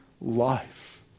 life